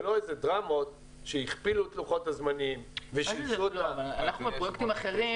זה לא איזה דרמות שהכפילו את לוחות הזמנים -- אבל מפרויקטים אחרים